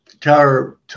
tower